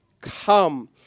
come